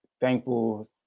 thankful